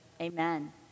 Amen